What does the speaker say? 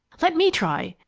let me try!